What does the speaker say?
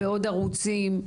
בעוד ערוצים.